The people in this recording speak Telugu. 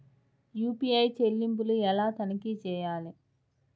యూ.పీ.ఐ చెల్లింపులు ఎలా తనిఖీ చేయాలి?